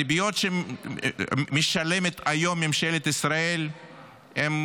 הריביות שמשלמת היום ממשלת ישראל הן